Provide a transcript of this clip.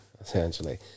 essentially